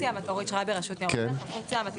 אורית שרייבר, רשות ניירות ערך.